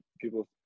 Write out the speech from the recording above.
people